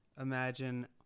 Imagine